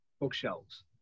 bookshelves